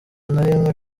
narimwe